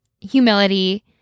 humility